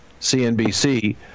CNBC